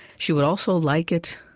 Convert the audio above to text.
she would also like it,